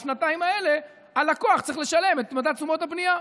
בשנתיים האלה הלקוח צריך לשלם את מדד תשומות הבנייה.